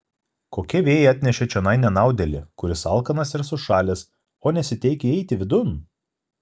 kokie vėjai atnešė čionai nenaudėlį kuris alkanas ir sušalęs o nesiteikia įeiti vidun